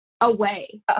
away